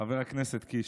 חבר הכנסת קיש.